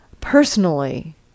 personally